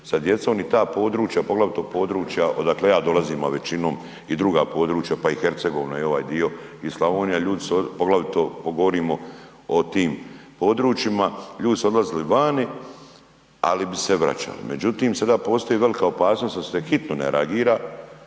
sa djecom i ta područja, poglavito područja odakle ja dolazim, a većinom i druga područja pa i Hercegovina i ovaj dio i Slavonija, poglavito govorimo o tim područjima ljudi su odlazili vani, ali bi se vraćali. Međutim, sada postoji velika opasnost jel se hitno ne reagira